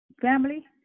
family